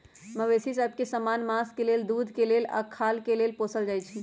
मवेशि सभ के समान्य मास के लेल, दूध के लेल आऽ खाल के लेल पोसल जाइ छइ